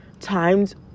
times